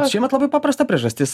šiemet labai paprasta priežastis